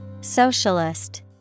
Socialist